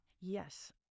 Yes